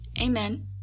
Amen